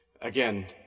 again